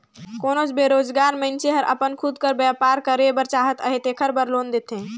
कोनोच बेरोजगार मइनसे हर अपन खुद कर बयपार करे बर चाहत अहे तेकर बर लोन देथे